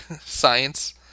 science